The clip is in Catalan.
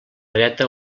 dreta